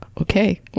Okay